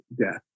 death